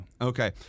okay